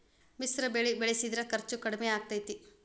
ಮಿಶ್ರ ಬೆಳಿ ಬೆಳಿಸಿದ್ರ ಖರ್ಚು ಕಡಮಿ ಆಕ್ಕೆತಿ?